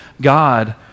God